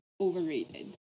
overrated